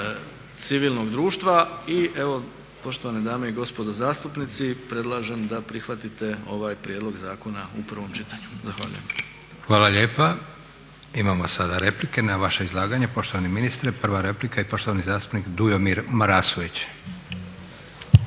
civilnog društva. I evo poštovane dame i gospodo zastupnici, predlažem da prihvatite ovaj prijedlog zakona u prvom čitanju. Zahvaljujem. **Leko, Josip (SDP)** Hvala lijepa. Imamo sada replike na vaše izlaganje, poštovani ministre. Prva replika i poštovani zastupnik Dujomir Marasović.